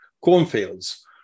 cornfields